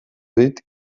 dit